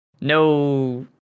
no